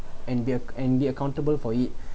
and they're and they accountable for it